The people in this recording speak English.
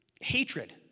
hatred